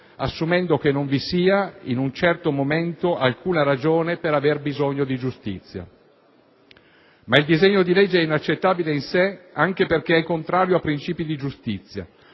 assumendo che non vi sia (in un certo momento) alcuna ragione per aver "bisogno di giustizia". Il disegno di legge è inaccettabile in sé anche perché è contrario a princìpi di giustizia;